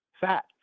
fat